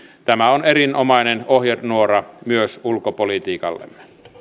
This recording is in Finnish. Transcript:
tämä on erinomainen ohjenuora myös ulkopolitiikallemme